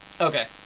Okay